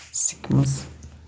سِکمِز